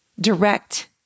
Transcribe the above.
direct